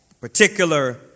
Particular